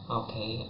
okay